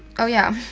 oh yeah,